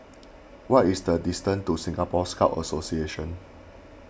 what is the distance to Singapore Scout Association